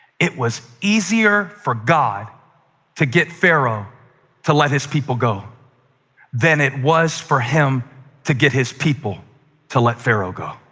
it was easier for god to get pharaoh to let his people go than it was for him to get his people to let pharaoh go.